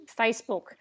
Facebook